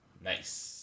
Nice